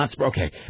Okay